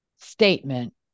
statement